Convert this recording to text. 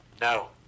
No